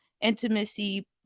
intimacy